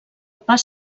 pas